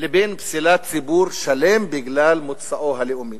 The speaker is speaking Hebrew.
לבין פסילת ציבור שלם בגלל מוצאו הלאומי.